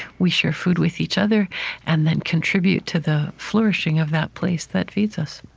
we share food with each other and then contribute to the flourishing of that place that feeds us